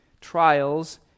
trials